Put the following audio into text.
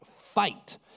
fight